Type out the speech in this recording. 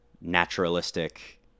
naturalistic